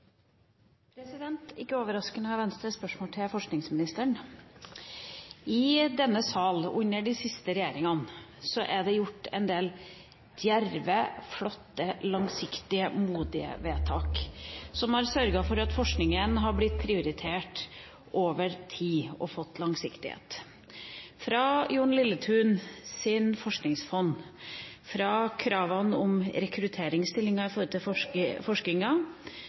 Ikke overraskende har Venstre et spørsmål til forskningsministeren. I denne sal, under de siste regjeringene, er det gjort en del djerve, flotte, langsiktige og modige vedtak som har sørget for at forskningen har blitt prioritert over tid og fått langsiktighet – fra Jon Lilletuns forskningsfond, fra kravene om rekrutteringsstillinger i